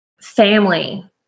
family